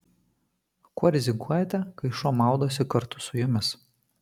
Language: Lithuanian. kuo rizikuojate kai šuo maudosi kartu su jumis